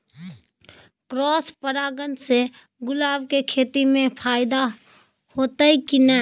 Cross परागण से गुलाब के खेती म फायदा होयत की नय?